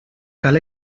cal